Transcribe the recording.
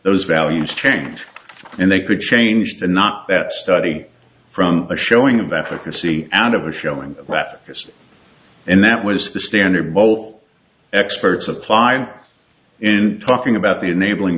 those values change and they could change the not that study from a showing of africa see out of a showing that just and that was the standard bowl experts apply in talking about the enabling